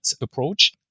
approach